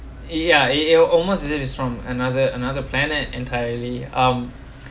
ya it'll almost as if it's from another another planet entirely um